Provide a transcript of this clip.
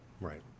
right